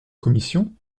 commission